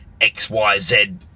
xyz